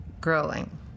growing